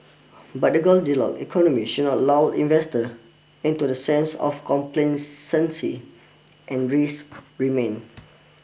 but the Goldilock economy should not lull investor into the sense of and risk remain